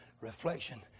reflection